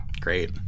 Great